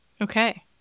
Okay